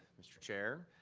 mr. chair,